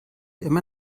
immer